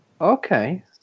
Okay